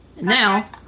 Now